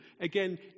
again